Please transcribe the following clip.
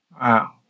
Wow